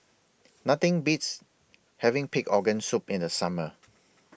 Nothing Beats having Pig Organ Soup in The Summer